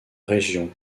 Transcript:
région